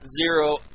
zero